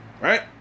right